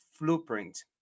blueprint